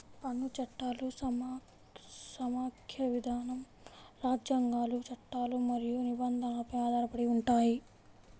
పన్ను చట్టాలు సమాఖ్య విధానం, రాజ్యాంగాలు, చట్టాలు మరియు నిబంధనలపై ఆధారపడి ఉంటాయి